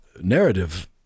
Narrative